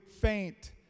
faint